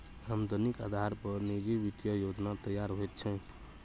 आमदनीक अधारे पर निजी वित्तीय योजना तैयार होइत छै